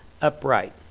upright